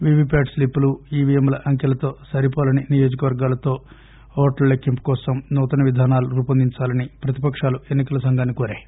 వివి Pat స్లిప్పులు ఈవిఎంల అంకెలతో సరిపోలని నియోజకవర్గాలతో ఓట్ల లెక్కింపు కోసం నూతన విధానాలు రూపొందించాలని ప్రతిపకాలు ఎన్ని కల సంఘాన్ని కోరాయి